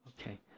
Okay